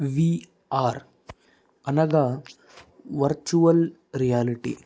VR అనగా virtual reality